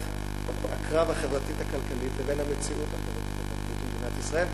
הקרב החברתית-הכלכלית לבין המציאות החברתית-הכלכלית של מדינת ישראל.